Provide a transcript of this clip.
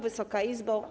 Wysoka Izbo!